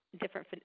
different